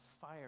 fire